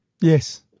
Yes